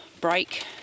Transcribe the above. break